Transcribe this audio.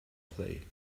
play